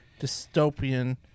dystopian